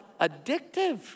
addictive